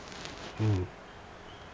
mm